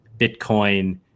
Bitcoin